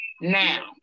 now